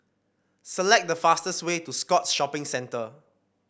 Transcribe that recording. select the fastest way to Scotts Shopping Centre